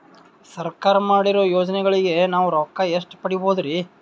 ಸರ್ಕಾರ ಮಾಡಿರೋ ಯೋಜನೆಗಳಿಗೆ ನಾವು ರೊಕ್ಕ ಎಷ್ಟು ಪಡೀಬಹುದುರಿ?